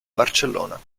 barcellona